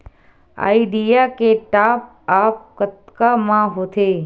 Idea के top आप कतका म होथे?